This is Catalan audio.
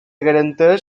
garanteix